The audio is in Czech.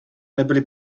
nebyly